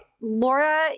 Laura